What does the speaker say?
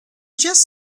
just